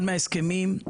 אחד ההסכמים,